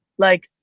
like,